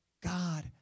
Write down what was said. God